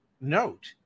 note